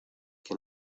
que